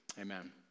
Amen